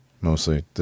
mostly